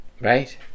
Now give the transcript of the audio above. Right